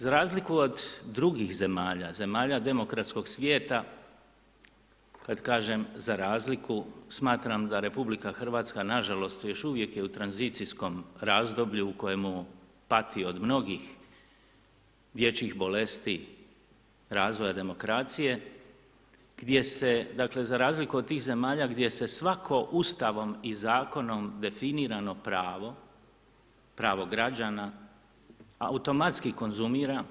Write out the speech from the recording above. Za razliku od drugih zemalja, zemalja demokratskog svijeta, kad kažem za razliku, smatram da Republika Hrvatska nažalost još uvijek je u tranzicijskom razdoblju u kojemu pati od mnogih dječjih bolesti razvoja demokracije, gdje se, dakle, za razliku od tih zemalja, gdje se svako Ustavom i Zakonom definirano pravo, pravo građana automatski konzumira.